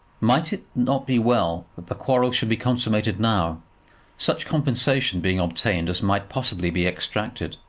might it not be well that the quarrel should be consummated now such compensation being obtained as might possibly be extracted.